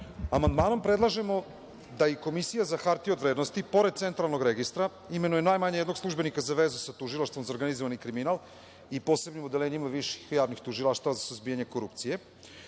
Amandmanom predlažemo da i Komisija za hartije od vrednosti, pored Centralnog registra, imenuje najmanje jednog službenika za vezu sa Tužilaštvom za organizovani kriminal i posebno u odeljenjima viših javnih tužilaštava za suzbijanje korupcije.